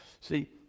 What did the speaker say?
see